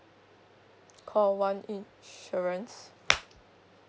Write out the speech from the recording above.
call one insurance